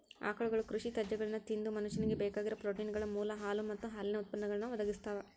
ಆಕಳುಗಳು ಕೃಷಿ ತ್ಯಾಜ್ಯಗಳನ್ನ ತಿಂದು ಮನುಷ್ಯನಿಗೆ ಬೇಕಾಗಿರೋ ಪ್ರೋಟೇನ್ಗಳ ಮೂಲ ಹಾಲು ಮತ್ತ ಹಾಲಿನ ಉತ್ಪನ್ನಗಳನ್ನು ಒದಗಿಸ್ತಾವ